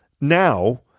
now